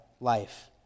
life